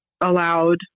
allowed